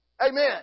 Amen